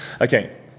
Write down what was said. Okay